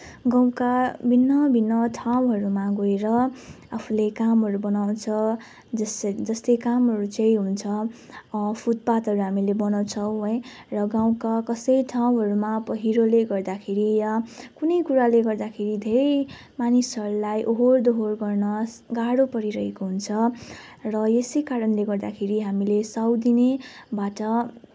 गाउँका भिन्न भिन्न ठाउँहरूमा गएर आफूले कामहरू बनाउँछ जस जस्तै कामहरू चाहिँ हुन्छ फुटपाथहरू हामीले बनाउँछौँ है र गाउँका कसै ठाउँहरूमा पहिरोले गर्दाखेरि या कुनै कुराले गर्दाखेरि धेरै मानिसहरूलाई ओहोरदोहोर गर्न गाह्रो गरिरहेको हुन्छ यसै कारणले गर्दाखेरि हामीले सय दिनेबाट